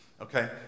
Okay